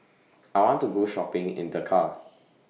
I want to Go Shopping in Dakar